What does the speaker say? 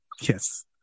Yes